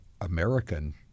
American